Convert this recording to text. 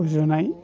गुजुनाय